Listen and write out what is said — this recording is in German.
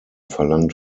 verlangt